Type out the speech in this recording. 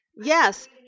Yes